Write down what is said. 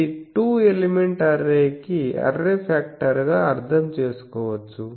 ఇది two element array కి array factor గా అర్థం చేసుకోవచ్చు